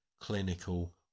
clinical